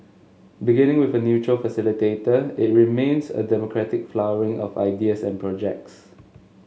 beginning with a neutral facilitator it remains a democratic flowering of ideas and projects